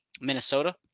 Minnesota